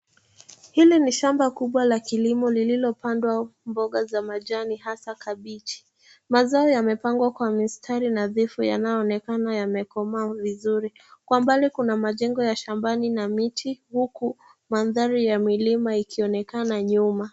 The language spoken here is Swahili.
Hili ni shamba kubwa la kilimo lililopandwa mboga za majani hasa kabichi. Mazao yamepangwa kwa mistari nadhifu yanayoonekana yamekomaa vizuri. Kwa mbali kuna majengo ya shambani na miti huku mandhari ya milima ikionekana nyuma.